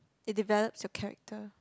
it develops your character